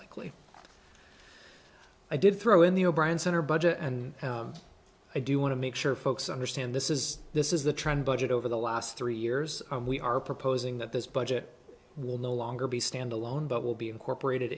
likely i did throw in the o'brien center budget and i do want to make sure folks understand this is this is the trend budget over the last three years we are proposing that this budget will no longer be standalone but will be incorporated